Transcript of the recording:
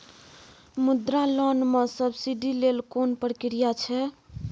मुद्रा लोन म सब्सिडी लेल कोन प्रक्रिया छै?